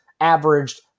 averaged